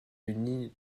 unis